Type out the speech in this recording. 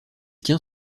tient